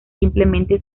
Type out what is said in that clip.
simplemente